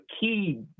key